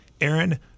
Aaron